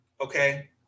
okay